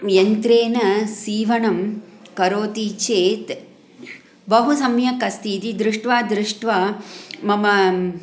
यन्त्रेन सीवणं करोति चेत् बहुसम्यक् अस्ति इति दृष्ट्वा दृष्ट्वा मम